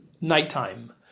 nighttime